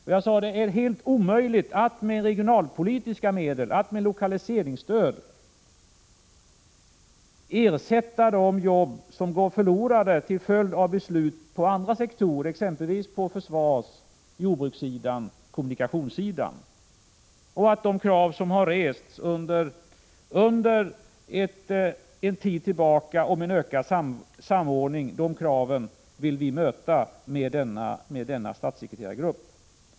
Jag sade att det är helt omöjligt att med regionalpolitiska medel, med lokaliserings 2 ERS stöd, ersätta de jobb som går förlorade till följd av beslut på andra sektorer, S = ER bildandet av denna statssekreterargrupp vill vi möta de krav som sedan en tid tillbaka har rests på en ökad samordning.